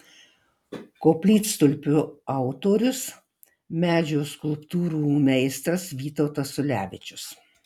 koplytstulpio autorius medžio skulptūrų meistras vytautas ulevičius